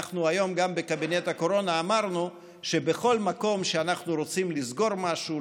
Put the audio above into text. היום בקבינט הקורונה אנחנו אמרנו שבכל מקום שאנחנו רוצים לסגור משהו,